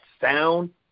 sound